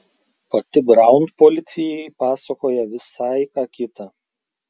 pati braun policijai pasakoja visai ką kitą